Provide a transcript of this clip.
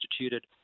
instituted